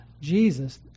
jesus